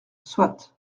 soit